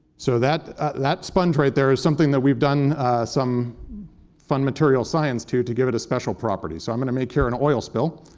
so that that sponge right there is something that we've done some fun material science to, to give it a special property. so i'm going to make here an oil spill,